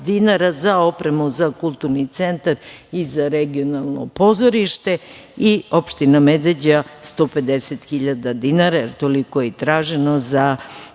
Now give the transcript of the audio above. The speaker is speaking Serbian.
za opremu za Kulturni centar i za Regionalno pozorište. Opština Medveđa 150.000,00 dinara, jer toliko je i traženo za